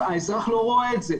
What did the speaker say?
האזרח לא רואה את זה.